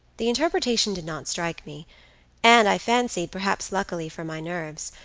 the interpretation did not strike me and i fancied, perhaps luckily for my nerves,